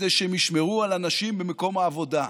כדי שהם ישמרו על אנשים במקום העבודה.